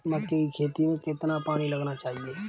मक्के की खेती में कितना पानी लगाना चाहिए?